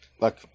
Look